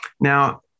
Now